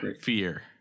Fear